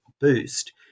boost